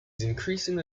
increasingly